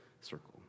circle